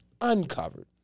uncovered